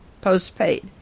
Postpaid